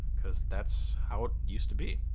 cause that's how it used to be.